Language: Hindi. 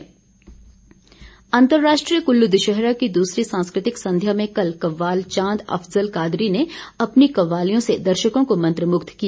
कल्ल अंतर्राष्ट्रीय कुल्लू दशहरा की दूसरी सांस्कृतिक संध्या में कल कव्वाल चांद अफजल कादरी ने अपनी कव्वालियों से दर्शकों को मत्रमुग्ध किया